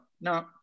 No